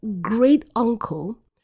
great-uncle